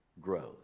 grows